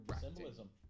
Symbolism